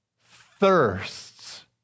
thirsts